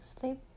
sleep